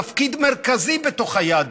תפקיד מרכזי בתוך היהדות,